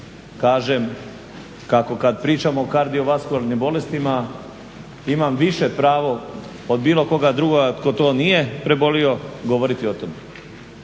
kažem kako kad pričamo o kardiovaskularnim bolestima imam više pravo od bilo koga drugoga tko to nije prebolio govoriti o tome.